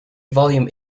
volume